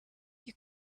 you